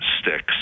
sticks